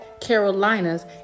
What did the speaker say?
Carolinas